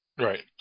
right